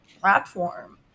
platform